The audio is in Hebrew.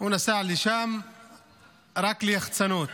הוא נסע שם רק ליח"צנות,